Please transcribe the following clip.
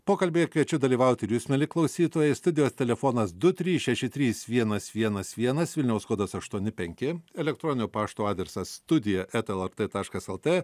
pokalbyje kviečiu dalyvauti ir jūs mieli klausytojai studijo telefonas du trys šeši trys vienas vienas vienas vilniaus kodas aštuoni penki elektroninio pašto adresas studija eta lrt taškas lt